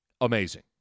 Amazing